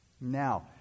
Now